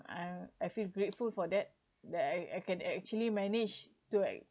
I I feel grateful for that that I can actually manage to